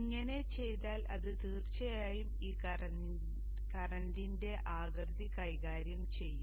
ഇങ്ങനെ ചെയ്താൽ അത് തീർച്ചയായും ഈ കറന്റിന്റെ ആകൃതി കൈകാര്യം ചെയ്യും